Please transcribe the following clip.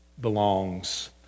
belongs